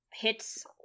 hits